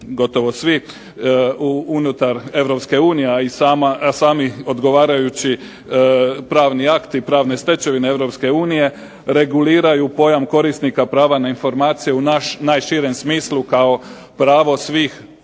gotovo svi unutar Europske unije, a i sami odgovarajući pravni akti i pravne stečevine Europske unije reguliraju pojam korisnika prava na informacije u najširem smislu kao pravo svih,